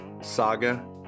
saga